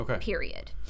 period